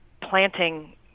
planting